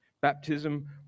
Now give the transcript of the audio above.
Baptism